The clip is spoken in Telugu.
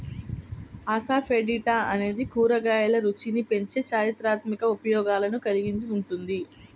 అసఫెటిడా అనేది కూరగాయల రుచిని పెంచే చారిత్రాత్మక ఉపయోగాలను కలిగి ఉంటుంది